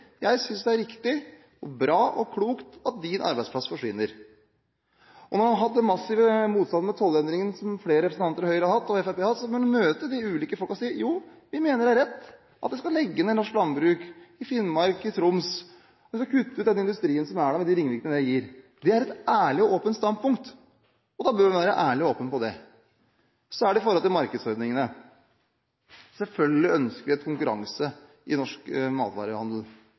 Jeg synes det er riktig, bra og klokt at din arbeidsplass forsvinner. Og når en har hatt den massive motstanden mot tollendringen som flere representanter fra Høyre og Fremskrittspartiet har hatt, må en møte de enkelte menneskene og si: Jo, vi mener at det er rett at en skal legge ned norsk landbruk i Finnmark, i Troms, og kutte ut industrien som er der, og ringvirkningene det gir. Det er et ærlig og åpent standpunkt, og da bør en være ærlig og åpen på det. Angående markedsordningene: Selvfølgelig ønsker vi konkurranse i norsk matvarehandel.